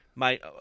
Mate